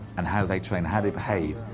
and how they train, how they behave,